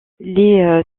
les